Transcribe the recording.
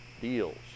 deals